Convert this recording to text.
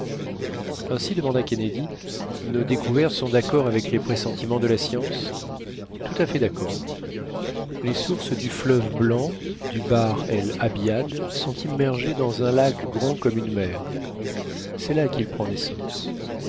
ainsi demanda kennedy nos découvertes sont d'accord avec les pressentiments de la science tout à fait d'accord les sources du fleuve blanc du bahr el abiad sont immergées dans un lac grand comme une mer c'est là qu'il prend naissance